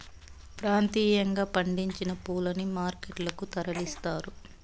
ప్రాంతీయంగా పండించిన పూలని మార్కెట్ లకు తరలిస్తారు